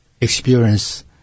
experience